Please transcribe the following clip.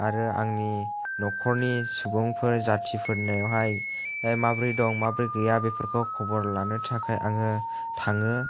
आरो आंनि न'खरनि सुबुंफोर जातिफोरनियावहाय माबोरै दं माबोरै गैया बेफोरखौ ख'बर लानो थाखाय आङो थाङो